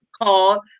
called